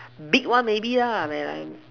big one maybe lah then I